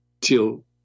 till